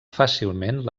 fàcilment